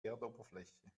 erdoberfläche